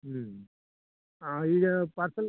ಹ್ಞೂ ಈಗ ಪಾರ್ಸೆಲ್